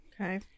Okay